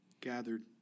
gathered